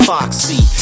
Foxy